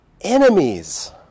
enemies